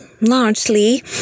largely